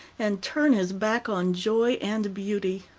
and turn his back on joy and beauty.